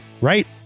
Right